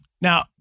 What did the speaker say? Now